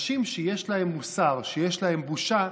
אנשים שיש להם מוסר, שיש להם בושה,